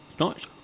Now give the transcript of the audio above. Nice